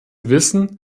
wissen